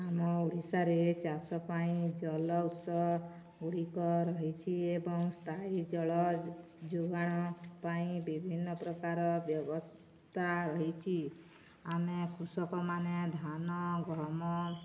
ଆମ ଓଡ଼ିଶାରେ ଚାଷ ପାଇଁ ଜଳଉତ୍ସ ଗୁଡ଼ିକ ରହିଛି ଏବଂ ସ୍ଥାୟୀ ଜଳ ଯୋଗାଣ ପାଇଁ ବିଭିନ୍ନ ପ୍ରକାର ବ୍ୟବସ୍ଥା ରହିଛି ଆମେ କୃଷକମାନେ ଧାନ ଗହମ